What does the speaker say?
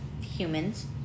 humans